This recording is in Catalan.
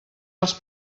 els